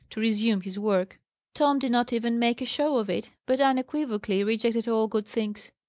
to resume his work tom did not even make a show of it, but unequivocally rejected all good things.